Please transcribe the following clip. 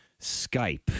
Skype